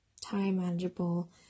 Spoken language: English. time-manageable